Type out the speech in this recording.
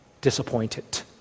Disappointed